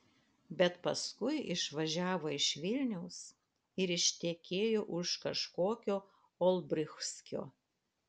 bet paskui išvažiavo iš vilniaus ir ištekėjo už kažkokio olbrychskio